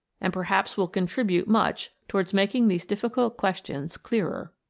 and perhaps will contribute much towards making these difficult questions clearer.